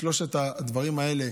משלושת הדברים הללו